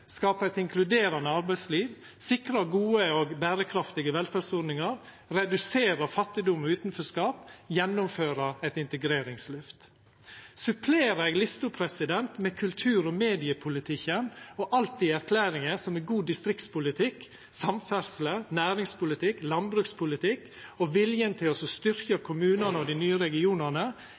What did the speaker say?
skapa eit inkluderande arbeidsliv sikra gode og berekraftige velferdsordningar redusera fattigdom og utanforskap gjennomføra eit integreringsløft Om eg supplerer lista med kultur- og mediepolitikken og alt i erklæringa som er god distriktspolitikk, samferdsle, næringspolitikk, landbrukspolitikk og viljen til å styrkja kommunane og dei nye regionane,